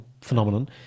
phenomenon